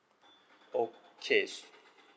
okay s~